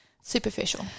superficial